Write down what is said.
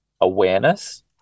awareness